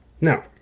Now